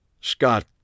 Scott